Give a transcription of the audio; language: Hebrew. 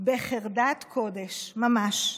בחרדת קודש ממש.